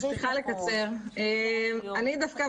אני דווקא,